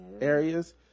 areas